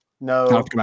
No